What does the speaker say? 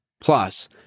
Plus